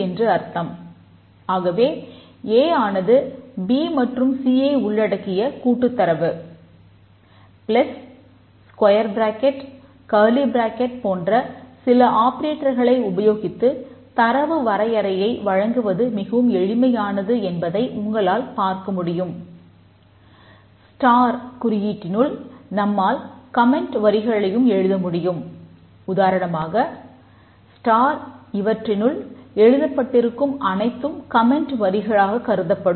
எனவே abc என்பது A வரிகளாகக் கருதப்படும்